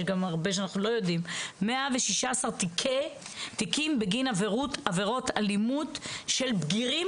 יש גם הרבה שאנחנו לא יודעים 116 תיקים בגין עבירות אלימות של בגירים